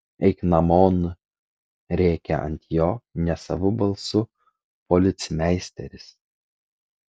eik namon rėkia ant jo nesavu balsu policmeisteris